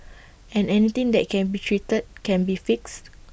and anything that can be treated can be fixed